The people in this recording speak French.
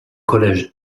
collège